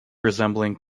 resembling